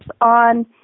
on